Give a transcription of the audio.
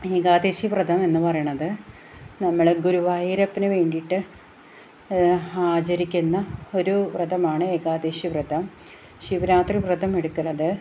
ഏകാദശി വ്രതം എന്ന് പറയുന്നത് നമ്മള് ഗുരുവായൂരപ്പന് വേണ്ടിയിട്ട് ആചരിക്കുന്ന ഒരു വ്രതമാണ് ഏകാദശി വ്രതം ശിവരാത്രി വ്രതം എടുക്കുന്നത്